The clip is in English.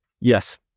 Yes